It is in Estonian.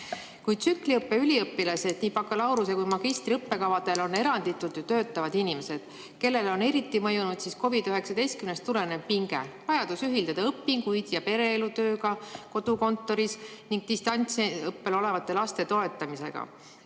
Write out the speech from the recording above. Kuid tsükliõppe üliõpilased nii bakalaureuse- kui ka magistriõppe kavadel on eranditult ju töötavad inimesed, kellele on eriti mõjunud COVID‑19‑st tulenev pinge, vajadus ühildada õpingud ja pereelu kodukontoris töötamisega ning distantsõppel olevate laste toetamisega.